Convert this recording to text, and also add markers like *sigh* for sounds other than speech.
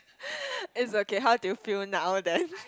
*breath* it's okay how do you feel now then